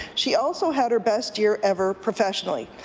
she also had her best year ever professionally.